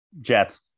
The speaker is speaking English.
Jets